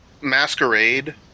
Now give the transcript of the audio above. Masquerade